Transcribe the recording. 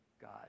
God